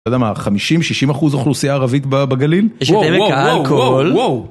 לא יודע מה 50 60% אוכלוסייה ערבית בגליל. וואו וואו וואו וואו וואו